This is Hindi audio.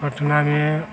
पटना में